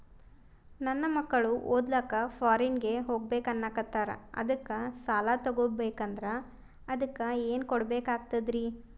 ನನ್ನ ಮಕ್ಕಳು ಓದ್ಲಕ್ಕ ಫಾರಿನ್ನಿಗೆ ಹೋಗ್ಬಕ ಅನ್ನಕತ್ತರ, ಅದಕ್ಕ ಸಾಲ ತೊಗೊಬಕಂದ್ರ ಅದಕ್ಕ ಏನ್ ಕೊಡಬೇಕಾಗ್ತದ್ರಿ?